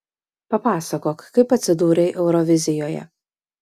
papasakok kaip atsidūrei eurovizijoje